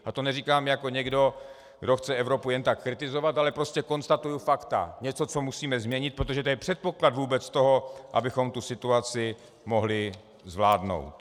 A to neříkám jako někdo, kdo chce Evropu jen tak kritizovat, ale prostě konstatuji fakta, něco, co musíme změnit, protože to je předpoklad vůbec toho, abychom tu situaci mohli zvládnout.